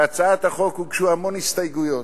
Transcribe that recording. להצעת החוק הוגשו המון הסתייגויות.